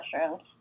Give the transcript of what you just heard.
mushrooms